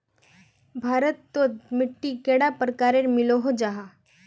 भारत तोत मिट्टी कैडा प्रकारेर मिलोहो जाहा?